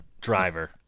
driver